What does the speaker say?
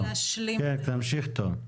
כן, תמשיך טום.